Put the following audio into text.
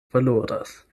valoras